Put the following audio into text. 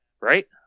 right